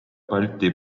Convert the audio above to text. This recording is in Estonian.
balti